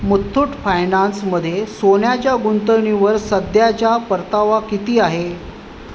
मुथूट फायनान्समध्ये सोन्याच्या गुंतवणुकीवर सध्याच्या परतावा किती आहे